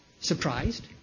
surprised